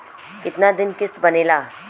कितना दिन किस्त बनेला?